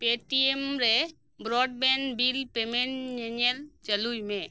Paytm ᱨᱮ broadband bill payment ᱧᱮᱛᱮᱞ ᱪᱟᱹᱞᱩᱭ ᱢᱮ